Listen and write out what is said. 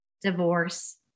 divorce